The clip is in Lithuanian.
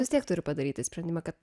vis tiek turi padaryti sprendimą kad